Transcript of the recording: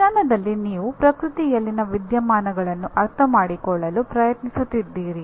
ವಿಜ್ಞಾನದಲ್ಲಿ ನೀವು ಪ್ರಕೃತಿಯಲ್ಲಿನ ವಿದ್ಯಮಾನಗಳನ್ನು ಅರ್ಥಮಾಡಿಕೊಳ್ಳಲು ಪ್ರಯತ್ನಿಸುತ್ತಿದ್ದೀರಿ